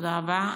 תודה רבה.